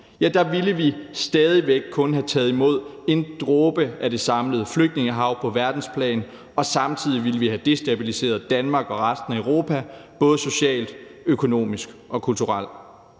så ville vi stadig væk kun have taget imod en dråbe af det samlede flytningehav på verdensplan, og samtidig ville vi have destabiliseret Danmark og resten af Europa både socialt, økonomisk og kulturelt.